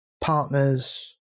partners